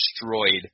destroyed